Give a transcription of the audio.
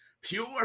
pure